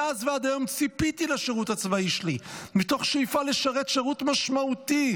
מאז ועד היום ציפיתי לשירות הצבאי שלי מתוך שאיפה לשרת שירות משמעותי,